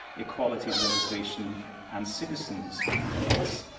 equalities legislation and citizens' rights.